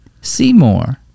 seymour